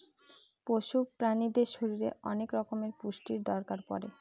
পশু প্রাণীদের শরীরে অনেক রকমের পুষ্টির দরকার পড়ে